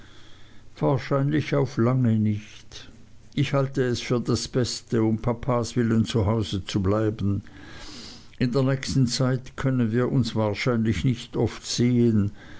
wahrscheinlich auf lange nicht ich halte es für das beste um papas willen zu hause zu bleiben in der nächsten zeit können wir uns wahrscheinlich nicht oft sehen